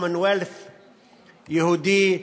Commonwealth יהודי,